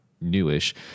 newish